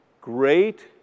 Great